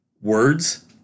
words